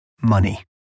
money